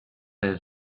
his